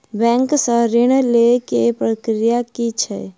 Bank सऽ ऋण लेय केँ प्रक्रिया की छीयै?